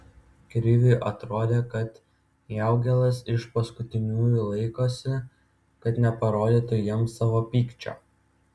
kriviui atrodė kad jaugėlas iš paskutiniųjų laikosi kad neparodytų jiems savo pykčio